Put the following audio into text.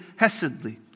hesedly